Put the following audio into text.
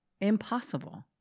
impossible